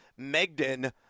Megden